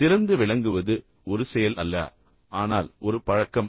சிறந்து விளங்குவது ஒரு செயல் அல்ல ஆனால் ஒரு பழக்கம்